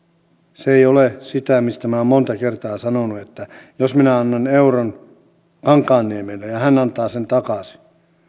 se ei ole sitä mistä minä olen monta kertaa sanonut että jos minä annan euron kankaanniemelle ja ja hän antaa sen takaisin